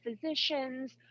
physicians